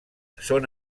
són